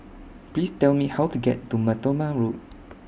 Please Tell Me How to get to Mar Thoma Road